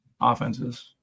offenses